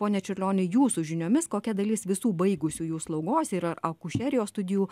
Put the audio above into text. pone čiurlioni jūsų žiniomis kokia dalis visų baigusiųjų slaugos ir akušerijos studijų